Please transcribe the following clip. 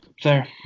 Fair